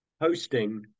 hosting